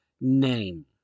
name